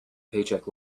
paycheck